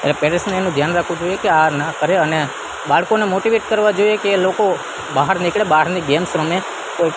એટલે પેરેન્ટ્સને એનું ધ્યાન રાખવું જોઈએ આ ના કરે અને બાળકોને મોટીવેટ કરવા જોઈએ કે લોકો બહાર નીકળે બહારની ગેમ્સ રમે કોઈ